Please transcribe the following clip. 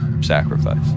sacrifice